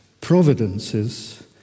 providences